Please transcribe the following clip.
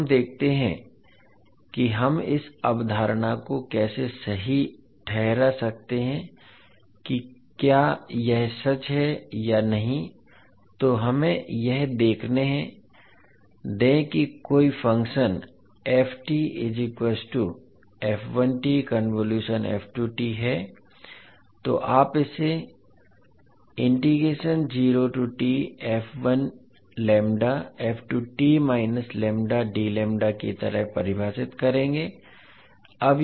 अब हम देखते हैं कि हम इस अवधारणा को कैसे सही ठहरा सकते हैं कि क्या यह सच है या नहीं तो हमें यह देखने दें कि कोई फ़ंक्शन है तो आप इसे की तरह परिभाषित करेंगे